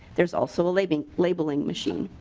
there's also a labeling labeling machine.